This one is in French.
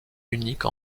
unique